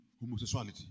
homosexuality